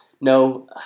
no